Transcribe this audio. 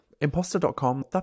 imposter.com